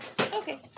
Okay